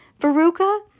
Veruca